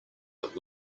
that